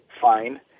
fine